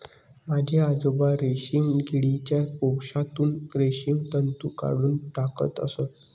माझे आजोबा रेशीम किडीच्या कोशातून रेशीम तंतू काढून टाकत असत